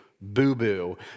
boo-boo